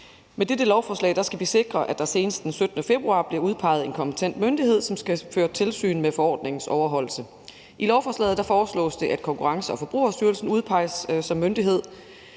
Med dette lovforslag skal vi sikre, at der senest den 17. februar bliver udpeget en kompetent myndighed, der skal føre tilsyn med forordningens overholdelse. I lovforslaget foreslås det, at Konkurrence- og Forbrugerstyrelsen udpeges som myndighed.